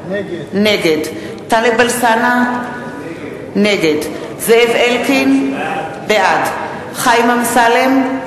נגד טלב אלסאנע, נגד זאב אלקין, בעד חיים אמסלם,